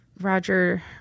Roger